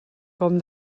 com